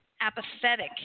apathetic